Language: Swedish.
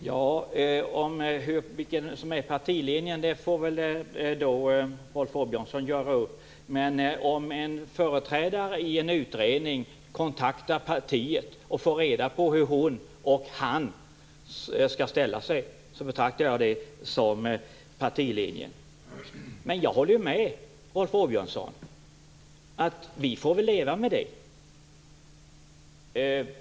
Herr talman! Vilken som är partilinjen får väl Rolf Åbjörnsson göra upp med sina partikolleger om. Men om en representant i en utredning kontaktar partiet och får reda på hur hon skall ställa sig betraktar jag det som en partilinje. Jag håller med Rolf Åbjörnsson om att vi får leva med detta.